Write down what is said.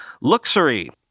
Luxury